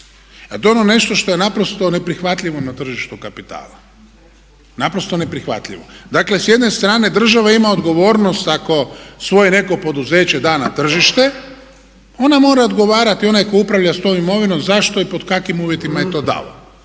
Kad ono nešto što je naprosto neprihvatljivo na tržištu kapitala, naprosto neprihvatljivo. Dakle s jedne strane država ima odgovornost ako svoje neko poduzeće da na tržište ona mora odgovoriti, onaj tko upravlja s tom imovinom, zašto i pod kojim uvjetima je to dao